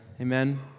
Amen